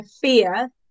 fear